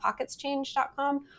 PocketsChange.com